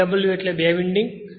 T W એટલે બે winding